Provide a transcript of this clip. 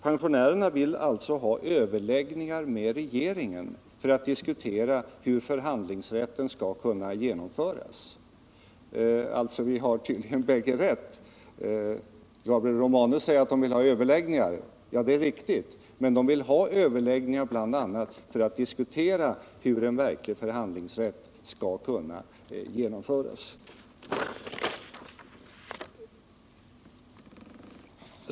Pensionärerna vill alltså ha överläggningar med regeringen för att diskutera hur förhandlingsrätten skall kunna genomföras. Vi har tydligen rätt båda två. Gabriel Romanus säger att de vill ha överläggningar. Det är riktigt, men de vill ha överläggningar för att bl.a. diskutera hur en verklig förhandlingsrätt skall kunna genomföras.